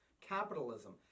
capitalism